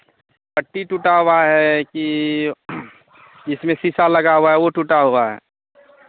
पट्टी टूटा हुआ है कि जिसमें शीशा लगा हुआ है वो टूटा हुआ है